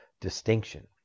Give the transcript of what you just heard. distinction